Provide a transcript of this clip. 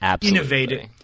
innovative